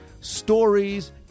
stories